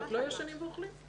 בישיבות לא ישנים ואוכלים?!